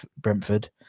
brentford